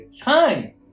time